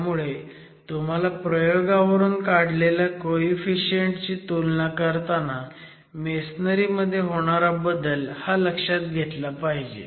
त्यामुळे तुम्हाला प्रयोगावरून काढलेल्या कोईफीशीयंट ची तुलना करताना मेसनरी मध्ये होणारा बदल हा लक्षात घेतला पाहिजे